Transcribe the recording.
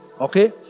Okay